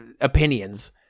opinions